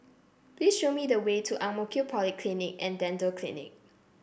please show me the way to Ang Mo Kio Polyclinic And Dental Clinic